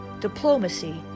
diplomacy